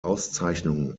auszeichnung